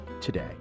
today